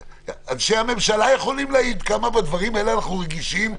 אנשי הממשלה יכולים להעיד כמה אנחנו רגישים בדברים האלה.